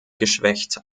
geschwächt